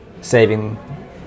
saving